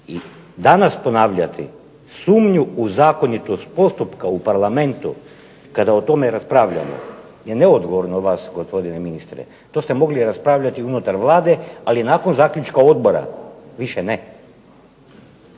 i danas ponavljati sumnju u zakonitost postupka u Parlamentu kada o tome raspravljamo je neodgovorno od vas gospodine ministre, to ste mogli raspravljati unutar Vlade, ali nakon zaključka odbora više ne.